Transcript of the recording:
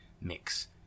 mix